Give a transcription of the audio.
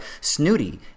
snooty